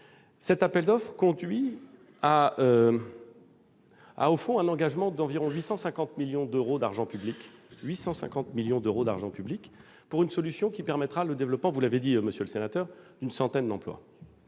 l'appel d'offres conduirait à un engagement d'environ 850 millions d'euros d'argent public, pour une solution qui créerait une centaine d'emplois.